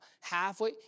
halfway